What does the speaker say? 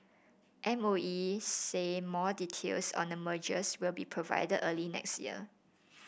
M O E say more details on the mergers will be provide early next year